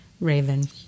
raven